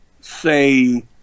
say